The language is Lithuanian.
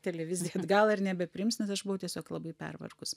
televizija atgal ar nebepriims nes aš buvau tiesiog labai pervargus